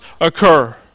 occur